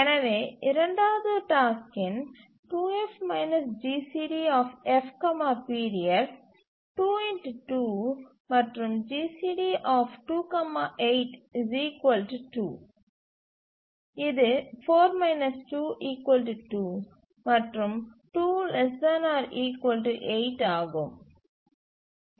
எனவே இரண்டாவது டாஸ்க்கின் 2F GCD F period 2 2 மற்றும் GCD 28 2 இது 4 2 2 மற்றும் 2 ≤ 8 ஆகும்